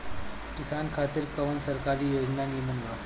किसान खातिर कवन सरकारी योजना नीमन बा?